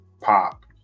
pop